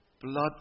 blood